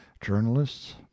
journalists